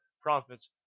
prophets